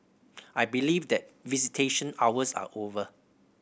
I believe that visitation hours are over